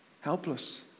Helpless